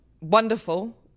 wonderful